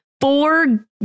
four